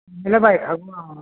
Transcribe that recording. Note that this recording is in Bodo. होनबालाय बायखागौमोन अ